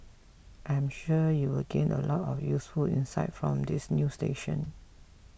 I am sure you will gain a lot of useful insights from this new station